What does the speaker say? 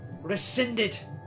rescinded